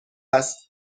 است